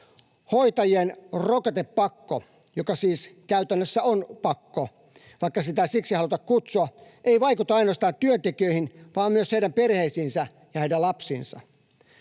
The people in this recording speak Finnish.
hoitajien rokotepakko — joka siis käytännössä on pakko, vaikka sitä ei siksi haluta kutsua — ei vaikuta ainoastaan työntekijöihin vaan myös heidän perheisiinsä ja heidän lapsiinsa.